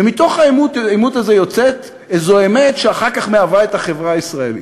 ומתוך העימות הזה יוצאת איזו אמת שאחר כך מהווה את החברה הישראלית.